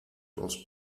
was